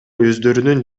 өздөрүнүн